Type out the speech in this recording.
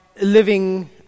living